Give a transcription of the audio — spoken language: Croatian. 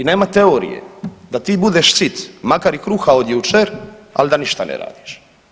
I nema teorije da ti budeš sit makar i kruha od jučer ali da ništa ne radiš.